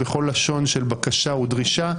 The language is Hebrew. בכל לשון של בקשה ודרישה,